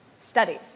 studies